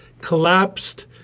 collapsed